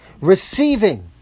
receiving